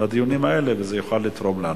בדיונים האלה, וזה יוכל לתרום לנו.